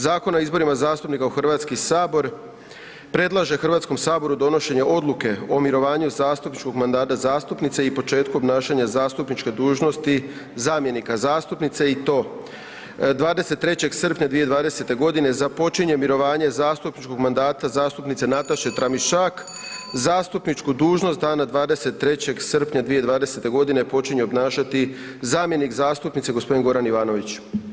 Zakona o izborima zastupnika u Hrvatski sabor predlaže Hrvatskom saboru donošenje odluke o mirovanju zastupničkog mandata zastupnice i početku obnašanja zastupničke dužnosti zamjenika zastupnice i to 23. srpnja 2020. godine započinje mirovanje zastupničkog mandata zastupnice Nataše Tramišak, zastupničku dužnost dana 23. srpnja 2020. godine počinje obnašati zamjenik zastupnice gospodin Goran Ivanović.